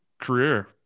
career